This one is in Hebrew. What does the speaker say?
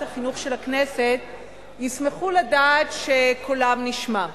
החינוך של הכנסת ישמחו לדעת שקולם נשמע.